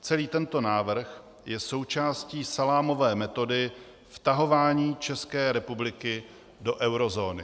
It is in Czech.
Celý tento návrh je součástí salámové metody vtahování České republiky do eurozóny.